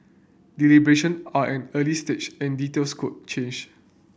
deliberation are an early stage and details could change